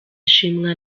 ishimwa